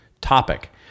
topic